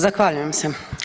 Zahvaljujem se.